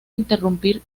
interrumpir